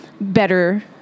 better